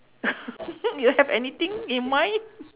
you have anything in mind